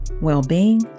well-being